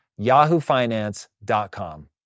yahoofinance.com